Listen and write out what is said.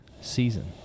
season